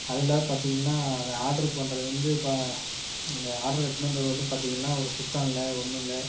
அது இல்லாது பாத்திங்கனா அது ஆர்டரு பண்ணுறது வந்து இப்போ அந்த ஆர்டரு எடுத்துகிட்டு வந்தவர் வந்து பாத்திங்கனா ஒரு சுத்தம் இல்லை ஒன்னுமில்ல